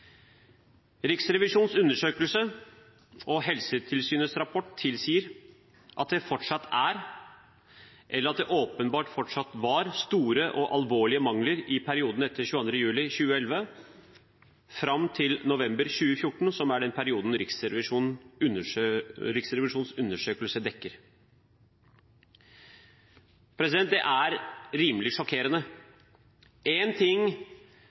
Riksrevisjonens undersøkelse og Helsetilsynets rapport tilsier at det åpenbart fortsatt var store og alvorlige mangler i perioden etter 22. juli 2011 fram til november 2014, som er den perioden Riksrevisjonens undersøkelse dekker. Det er rimelig sjokkerende. Én ting